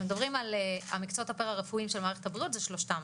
כשמדברים על המקצועות הפרה-רפואיים של מערכת הבריאות זה שלושתם,